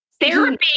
therapy